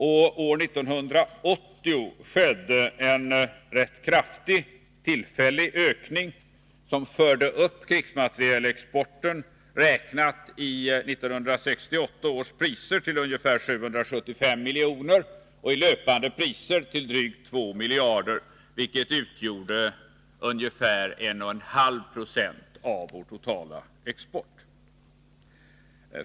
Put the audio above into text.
År 1980 noterades en ganska kraftig, tillfällig ökning, som förde upp krigsmaterielexporten till ungefär 775 miljoner räknat i 1968 års priser och till drygt 2 miljarder i löpande priser. Det utgjorde ca 1,5 96 av vår totala export.